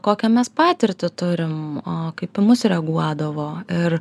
kokią mes patirtį turim o kaip į mus reaguodavo ir